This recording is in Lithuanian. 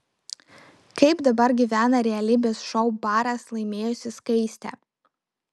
kaip dabar gyvena realybės šou baras laimėjusi skaistė